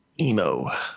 emo